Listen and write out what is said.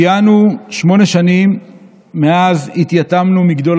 ציינו שמונה שנים מאז התייתמנו מגדול